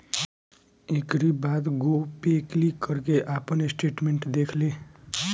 एकरी बाद गो पे क्लिक करके आपन स्टेटमेंट देख लें